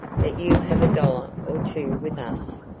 that you have a dollar or two with us?